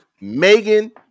Megan